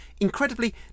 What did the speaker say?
Incredibly